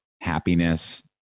happiness